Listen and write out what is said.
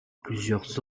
plusieurs